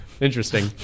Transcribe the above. Interesting